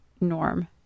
norm